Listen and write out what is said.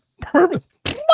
perfect